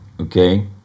Okay